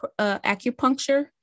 acupuncture